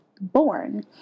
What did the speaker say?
born